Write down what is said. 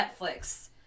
Netflix